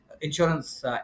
insurance